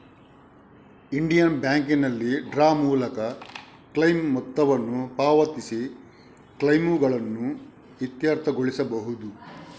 Indian ಬ್ಯಾಂಕಿನಲ್ಲಿ draw ಮೂಲಕ claim ಮೊತ್ತವನ್ನು ಪಾವತಿಸಿ ಕ್ಲೈಮುಗಳನ್ನು ಇತ್ಯರ್ಥಗೊಳಿಸಬಹುದು